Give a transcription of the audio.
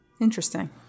Interesting